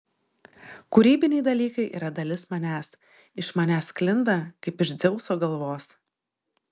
kūrybiniai dalykai yra dalis manęs iš manęs sklinda kaip iš dzeuso galvos